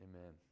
amen